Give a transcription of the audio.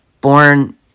born